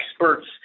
experts